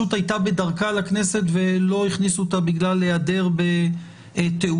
בדרכה לכנסת, ולא הכניסו אותה בגלל היעדר תעודה.